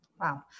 Wow